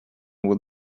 will